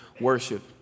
worship